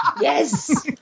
Yes